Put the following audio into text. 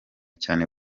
cyane